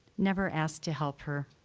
never ask to help her.